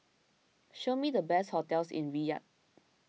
show me the best hotels in Riyadh